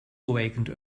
awakened